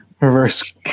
Reverse